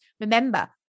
Remember